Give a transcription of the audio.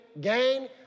gain